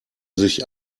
sich